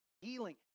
healing